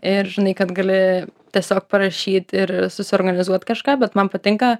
ir žinai kad gali tiesiog parašyti ir susiorganizuot kažką bet man patinka